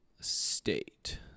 State